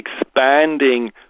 expanding